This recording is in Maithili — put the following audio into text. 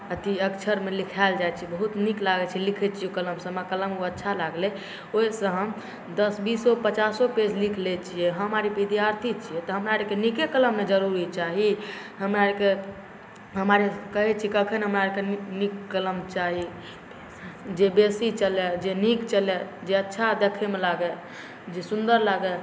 अथी अक्षरमे लिखाएल जाइ छै बहुत नीक लागै छै लिखै छिए ओहि कलमसँ हमरा ओ कलम अच्छा लागलै ओहिसँ हम दस बीसो पचासो पेज लिखि लै छिए हम आओर विद्यार्थी छिए तऽ हम आओरके नीके कलम ने जरूरी चाही हमरा आओरके हमरा आओरके कहै छै कखन हमरा आओरके नीक कलम चाही जे बेसी चलै जे नीक चलै जे अच्छा देखैमे लागै जे सुन्दर लागै